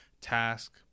task